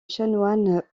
chanoine